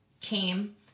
came